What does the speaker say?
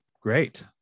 Great